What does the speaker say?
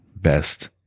best